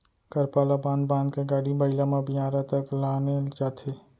करपा ल बांध बांध के गाड़ी बइला म बियारा तक लाने जाथे